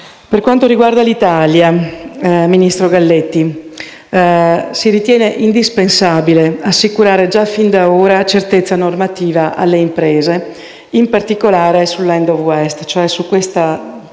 Per quanto riguarda l'Italia, ministro Galletti, si ritiene indispensabile assicurare già fin da ora certezza normativa alle imprese, in particolare sull'*end of waste*, espressione